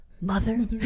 mother